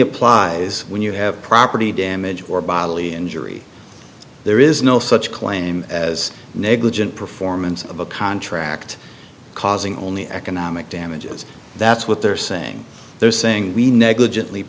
applies when you have property damage or bodily injury there is no such claim as negligent performance of a contract causing only economic damages that's what they're saying they're saying we negligent